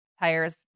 tires